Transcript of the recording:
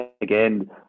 again